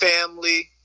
family